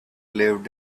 lived